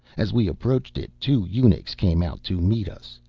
as we approached it two eunuchs came out to meet us.